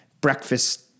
breakfast